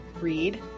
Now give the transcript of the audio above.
read